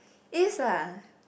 As ah